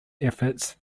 efforts